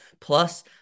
Plus